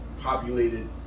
populated